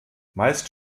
meist